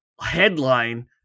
headline